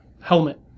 helmet